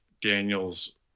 Daniels